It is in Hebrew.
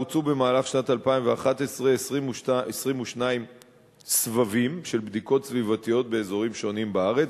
בוצעו במהלך שנת 2011 22 סבבים של בדיקות סביבתיות באזורים שונים בארץ,